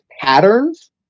patterns